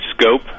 scope